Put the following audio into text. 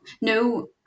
No